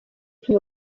plus